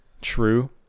true